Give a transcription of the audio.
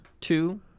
two